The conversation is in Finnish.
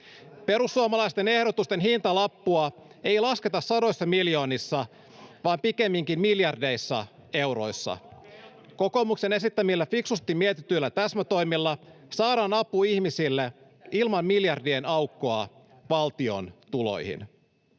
Perussuomalaisten ehdotusten hintalappua ei lasketa sadoissa miljoonissa vaan pikemmin miljardeissa euroissa. Kokoomuksen esittämillä fiksusti mietityillä täsmätoimilla saadaan apu ihmisille ilman miljardien aukkoa valtion tuloihin.